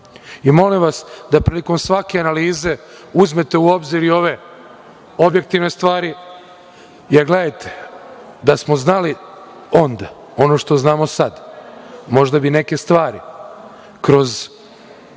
zemlja. Molim vas da prilikom svake analize uzmete u obzir i ove objektivne stvari. Da smo znali onda, ono što znamo sada, možda bi neke stvari kroz